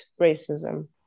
racism